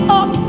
up